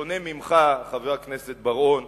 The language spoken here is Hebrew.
בשונה ממך, חבר הכנסת בר-און,